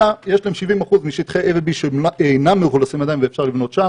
אלא יש להם 70% משטחי A ו-B שהם אינם מאוכלסים עדיין ואפשר לבנות שם.